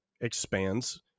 expands